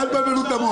אז אל תבלבלו את המוח.